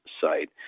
site